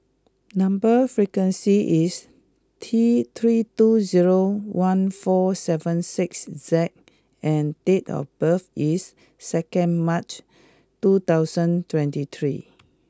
number sequence is T three two zero one four seven six Z and date of birth is second March two thousand twenty three